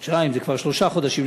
זה כבר שלושה חודשים,